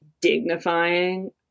dignifying